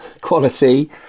quality